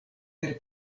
per